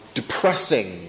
depressing